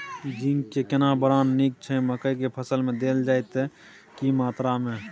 Zinc के केना brand नीक छैय मकई के फसल में देल जाए त की मात्रा में?